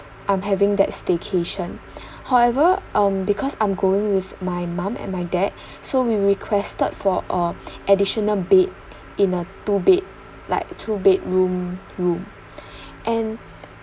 I'm having that staycation however um because I'm going with my mom and my dad so we requested for uh additional bed in a two bed like two bedroom room and